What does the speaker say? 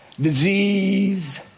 disease